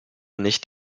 nicht